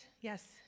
yes